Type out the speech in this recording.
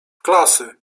klasy